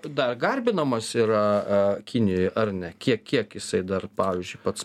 dar garbinamas yra kinijoj ar ne kiek kiek jisai dar pavyzdžiui pats